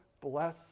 bless